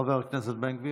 חבר הכנסת בן גביר.